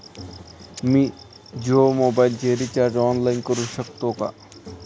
मी जियो मोबाइलचे recharge online करू शकते का?